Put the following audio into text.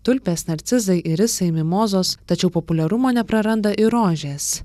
tulpės narcizai ir visai mimozos tačiau populiarumo nepraranda ir rožės